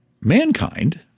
Mankind